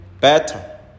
better